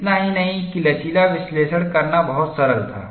इतना ही नहीं कि लचीला विश्लेषण करना बहुत सरल था